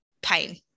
pain